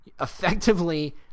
effectively